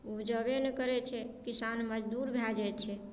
उपजबे नहि करैत छै किसान मजदूर भए जाइत छै